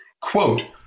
quote